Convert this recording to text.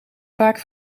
vaak